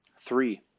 Three